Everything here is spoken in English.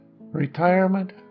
Retirement